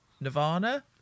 Nirvana